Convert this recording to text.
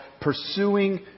Pursuing